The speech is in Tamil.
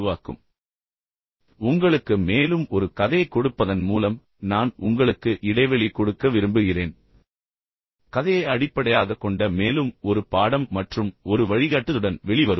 மேலும் எடுத்துக்காட்டுகளைப் பின்னர் பார்ப்போம் ஆனால் உங்களுக்கு மேலும் ஒரு கதையைக் கொடுப்பதன் மூலம் நான் உங்களுக்கு இடைவெளி கொடுக்க விரும்புகிறேன் பின்னர் கதையை அடிப்படையாகக் கொண்ட மேலும் ஒரு பாடம் மற்றும் ஒரு வழிகாட்டுதலுடன் வெளியே வருவோம்